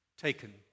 taken